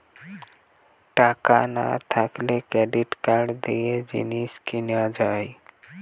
টাকা না থাকলে ক্রেডিট কার্ড দিয়ে জিনিস কিনা যায়